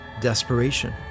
desperation